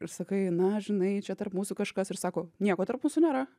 ir sakai na žinai čia tarp mūsų kažkas ir sako nieko tarp mūsų nėra